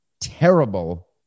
terrible